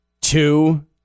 two